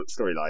storyline